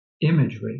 imagery